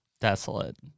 desolate